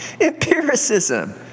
empiricism